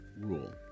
rule